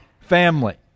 family